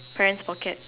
friend's pocket